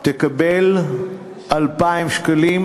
תקבל 2,000 שקלים,